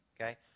Okay